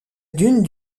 dune